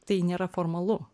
tai nėra formalu